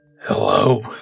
Hello